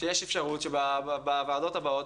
שיש אפשרות שבוועדות הבאות,